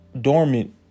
dormant